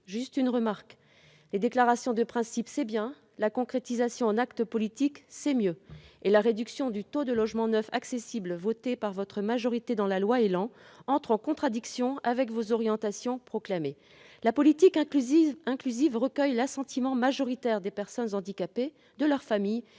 dans la cité : les déclarations de principes, c'est bien ; leur concrétisation par des actes politiques, c'est mieux ! Or la réduction du taux de logements neufs accessibles votée par votre majorité lors de l'examen du projet de loi ÉLAN entre en contradiction avec vos orientations proclamées. La politique inclusive recueille l'assentiment majoritaire des personnes handicapées, de leurs familles